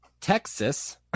texas